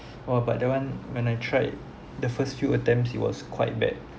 oh but that one when I tried the first few attempts it was quite bad